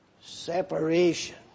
separation